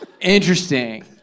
Interesting